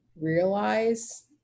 realize